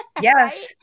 yes